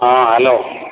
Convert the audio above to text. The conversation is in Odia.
ହଁ ହ୍ୟାଲୋ